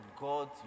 God